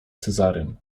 cezarym